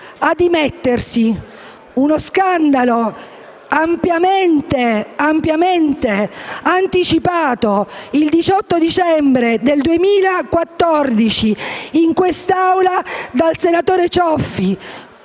a dimettersi; uno scandalo ampiamente anticipato il 18 dicembre 2014 in quest'Aula dal senatore Cioffi,